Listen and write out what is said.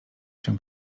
się